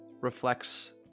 reflects